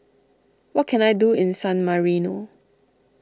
what can I do in San Marino